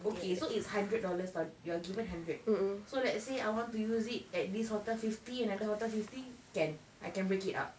okay so it's hundred dollars do~ you're given hundred so let's say I want to use it at this hotel fifty another hotel fifty can I can break it up